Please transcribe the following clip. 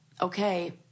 okay